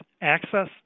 access